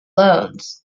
loans